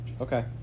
Okay